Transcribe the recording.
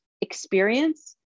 experience